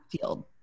field